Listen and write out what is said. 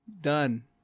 done